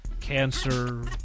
cancer